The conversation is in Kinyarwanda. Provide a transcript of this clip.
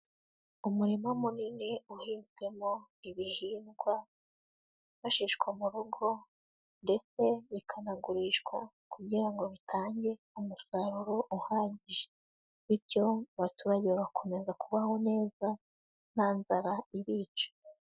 Umurima munini uhinzwemo ibihingwa byifashishwa mu rugo ndetse bikanagurishwa kugira ngo bitange umusaruro uhagije bityo abaturage bakomeza kubaho neza ntanzara ibica.